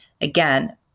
again